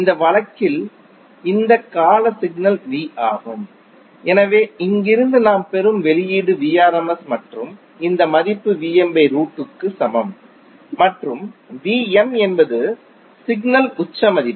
இந்த வழக்கில் இந்த கால சிக்னல் V ஆகும் எனவே இங்கிருந்து நாம் பெறும் வெளியீடு Vrms மற்றும் இந்த மதிப்பு க்கு சமம் மற்றும் Vm என்பது சிக்னல் உச்ச மதிப்பு